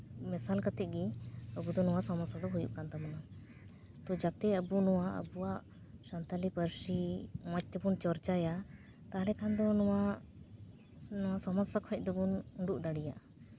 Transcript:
ᱢᱮᱥᱟᱞ ᱠᱟᱛᱮ ᱜᱮ ᱟᱵᱚ ᱫᱚ ᱱᱚᱣᱟ ᱥᱚᱢᱚᱥᱥᱟ ᱫᱚ ᱦᱩᱭᱩᱜ ᱠᱟᱱ ᱛᱟᱵᱚᱱᱟ ᱛᱚ ᱡᱟᱛᱮ ᱱᱚᱣᱟ ᱟᱵᱚᱣᱟᱜ ᱥᱟᱱᱛᱟᱞᱤ ᱯᱟᱹᱨᱥᱤ ᱢᱚᱡᱽ ᱛᱮᱵᱚᱱ ᱪᱚᱨᱪᱟᱭᱟ ᱛᱟᱦᱚᱞᱮ ᱠᱷᱟᱱ ᱫᱚ ᱱᱚᱣᱟᱥᱚᱢᱚᱥᱥᱟ ᱠᱷᱚᱡ ᱫᱚᱵᱚᱱ ᱩᱰᱩᱠ ᱫᱟᱲᱮᱭᱟᱜᱼᱟ